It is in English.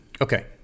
Okay